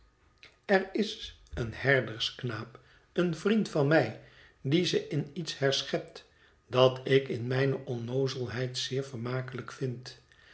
er is een herdersknaap een vriend van mij die ze in iets herschept dat ik in mijne onnoozelheid zeer vermakelijk vind